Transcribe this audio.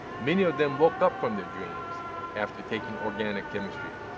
many of them woke up from their dreams after taking organic chemistry.